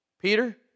Peter